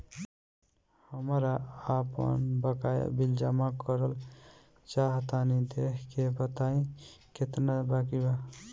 हमरा आपन बाकया बिल जमा करल चाह तनि देखऽ के बा ताई केतना बाकि बा?